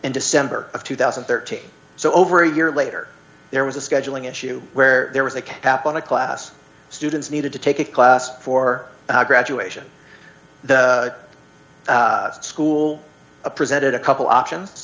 in december of two thousand and thirteen so over a year later there was a scheduling issue where there was a cap on a class students needed to take a class for graduation the school presented a couple options